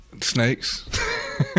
snakes